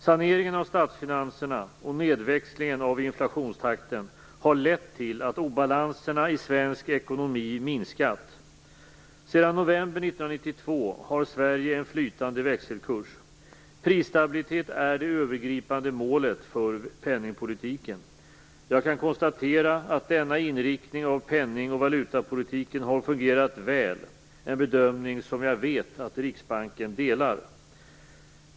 Saneringen av statsfinanserna och nedväxlingen av inflationstakten har lett till att obalanserna i svensk ekonomi minskat. Sedan november 1992 har Sverige en flytande växelkurs. Prisstabilitet är det övergripande målet för penningpolitiken. Jag kan konstatera att denna inriktning av penning och valutapolitiken har fungerat väl - en bedömning som jag vet att Riksbanken delar.